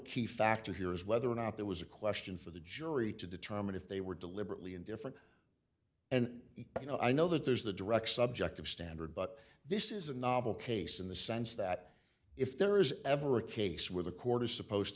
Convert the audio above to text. key factor here is whether or not there was a question for the jury to determine if they were deliberately indifferent and you know i know that there's the direct subject of standard but this is a novel case in the sense that if there is ever a case where the court is supposed